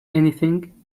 anything